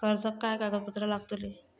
कर्जाक काय कागदपत्र लागतली?